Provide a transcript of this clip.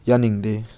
ꯌꯥꯅꯤꯡꯗꯦ